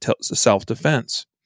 self-defense